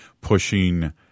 pushing